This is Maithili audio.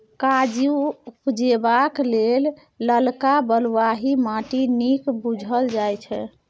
काजु उपजेबाक लेल ललका बलुआही माटि नीक बुझल जाइ छै